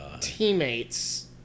Teammates